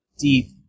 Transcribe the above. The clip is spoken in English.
deep